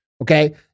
Okay